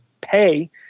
pay